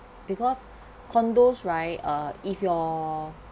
because condos right uh if your